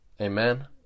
Amen